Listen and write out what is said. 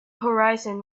horizon